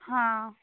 હા